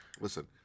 Listen